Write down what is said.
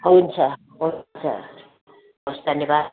हुन्छ हुन्छ हवस् धन्यवाद